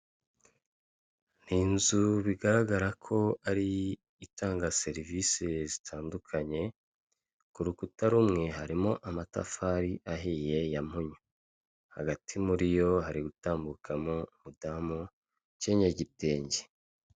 Ni inzu bigaragara ko ari itanga serivisi zitandukanye ku rukuta rumwe harimo amatafari ahiye ya munyu hagati muri yo hari gutambukamo umudamu ukenyeye igitenge.